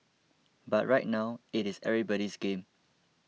but right now it is everybody's game